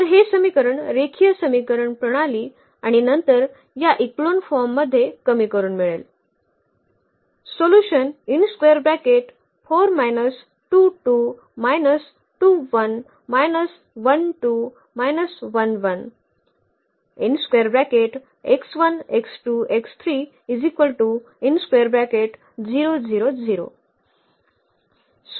तर हे समीकरण रेखीय समीकरण प्रणाली आणि नंतर या इक्लोन फॉर्ममध्ये कमी करून मिळते